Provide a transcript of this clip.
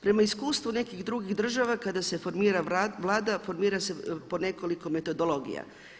Prema iskustvu nekih drugih država kada se formira Vlada formira se po nekoliko metodologija.